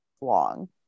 long